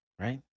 right